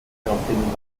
daraufhin